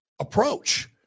approach